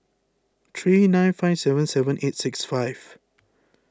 three nine five seven seven eight six five